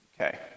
okay